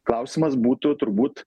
klausimas būtų turbūt